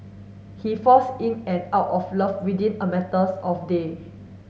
he falls in and out of love within a matters of day